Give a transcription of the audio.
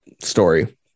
story